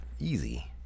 Easy